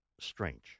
strange